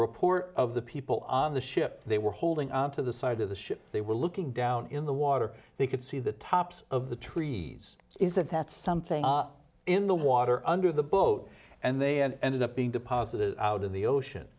report of the people on the ship they were holding up to the side of the ship they were looking down in the water they could see the tops of the trees isn't that something in the water under the boat and they end up being deposited out in the ocean